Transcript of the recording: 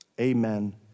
Amen